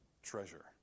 Treasure